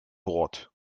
bord